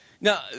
Now